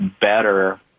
better